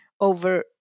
over